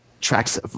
tracks